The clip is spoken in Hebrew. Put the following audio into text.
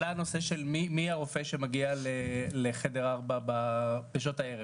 עלה הנושא של מי הרופא שמגיע לחדר ארבע בשעות הערב,